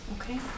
okay